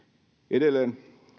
edelleen